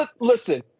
listen